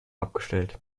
abgestellt